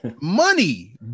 money